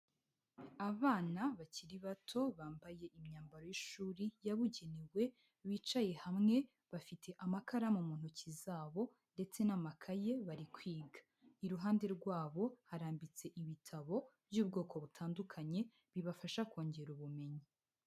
Abana bakiri bato bambaye imyambaro y'ishuri yabugenewe bicaye hamwe, bafite amakaramu mu ntoki zabo ndetse n'amakaye bari kwiga. Iruhande rwabo harambitse ibitabo by'ubwoko butandukanye bibafasha kongera ubumenyi.